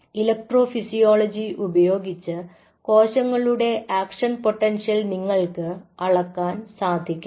electro physiology ഉപയോഗിച്ച് കോശങ്ങളുടെ action potential നിങ്ങൾക്ക് അളക്കാൻ സാധിക്കണം